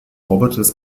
roboters